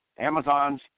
Amazon's